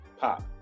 pop